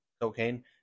cocaine